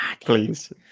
Please